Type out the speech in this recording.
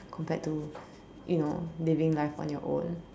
compared to you know living life on your own